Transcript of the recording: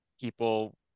people